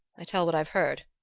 i tell what i've heard.